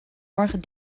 morgen